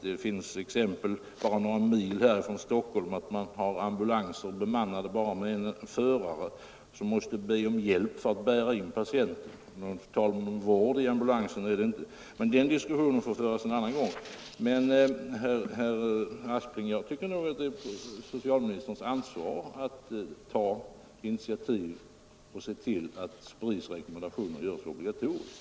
Det finns på bara några mils avstånd från Stockholm exempel på att ambulanser är bemannade endast med en förare, som måste be om hjälp för att bära in patienten i ambulansen. Någon vård i ambulansen är det inte tal om. Men den diskussionen får föras en annan gång. Enligt min uppfattning, herr Aspling, åligger det socialministern att ta initiativ och se till att SPRI:s rekommendationer görs obligatoriska.